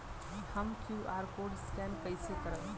हम QR code scan कइसे करब?